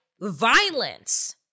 violence